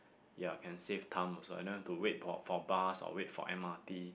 ya can save time also I don't want to wait for for bus or wait for M_R_T